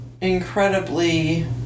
incredibly